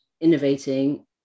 innovating